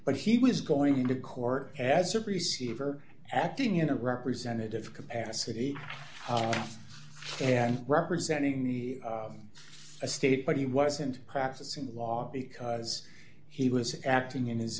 but he was going into court as of receiver acting in a representative capacity and representing the state but he wasn't practicing law because he was acting in his